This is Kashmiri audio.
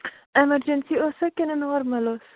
ایمَرجَنسی ٲسا کِنہٕ نارمَل اوس